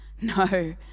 no